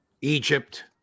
Egypt